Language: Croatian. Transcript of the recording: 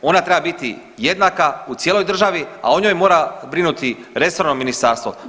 Ona treba biti jednaka u cijeloj državi, a o njoj mora brinuti resorno ministarstvo.